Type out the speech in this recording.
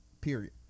Period